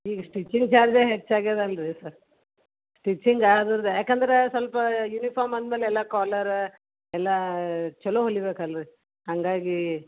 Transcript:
ಈಗ ಸ್ಟಿಚಿಂಗ್ ಚಾರ್ಜೇ ಹೆಚ್ಚಾಗ್ಯದಲ್ಲ ರೀ ಸರ್ ಸ್ಟಿಚಿಂಗ್ ಅದರ್ದು ಯಾಕಂದ್ರೆ ಸ್ವಲ್ಪ ಯುನಿಫಾರ್ಮ್ ಅಂದ್ಮೇಲೆ ಎಲ್ಲ ಕಾಲರ ಎಲ್ಲ ಛಲೋ ಹೊಲಿಬೇಕಲ್ಲ ರೀ ಹಂಗಾಗಿ